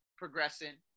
progressing